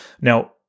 Now